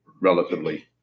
relatively